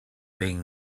being